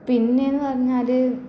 പിന്നെ എന്ന് പറഞ്ഞാൽ